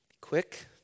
quick